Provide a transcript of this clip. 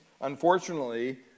unfortunately